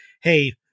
hey